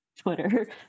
twitter